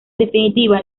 definitiva